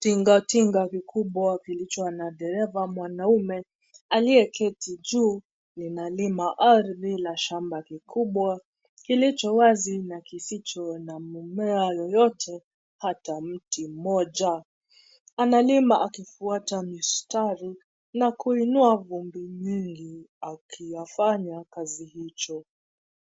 Tingatinga vikubwa vilicho na dereva mwanaume aliyeketi juu linalima ardhi la shamba kikubwa kilicho wazi na kisicho na mimea yoyote hata mti mmoja, analima akifuata mistari na kuinua vumbi mingi akiyafanya kazi hicho.